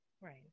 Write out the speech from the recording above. Right